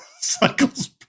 cycles